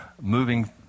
moving